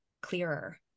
clearer